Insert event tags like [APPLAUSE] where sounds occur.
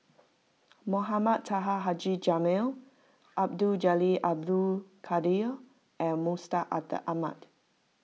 Mohamed Taha Haji Jamil Abdul Jalil Abdul Kadir and Mustaq [UNINTELLIGIBLE] Ahmad